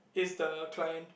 is the client